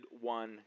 one